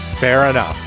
fair enough.